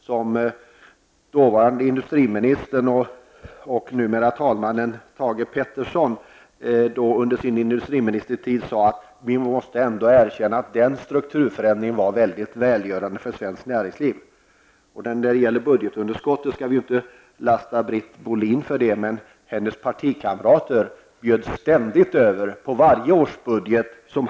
Den nuvarande talmannen Thage G Peterson sade under sin industriministertid att vi ändå måste erkänna att den strukturförändringen var väldigt välgörande för svenskt näringsliv. Budgetunderskotten skall vi naturligtvis inte lasta Britt Bohlin för, men hennes partikamrater bjöd varje år över regeringens budgetförslag.